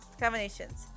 combinations